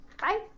Bye